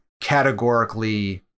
categorically